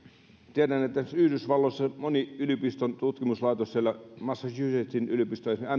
tiedän että esimerkiksi yhdysvalloissa monessa yliopiston tutkimuslaitoksessa siellä massachusettsin yliopistossa